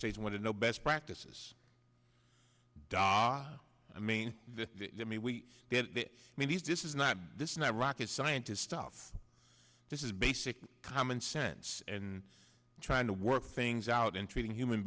states want to know best practices da i mean i mean we i mean these this is not this is not rocket scientist stuff this is basic common sense and trying to work things out in treating human